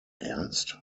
ernst